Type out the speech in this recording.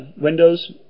Windows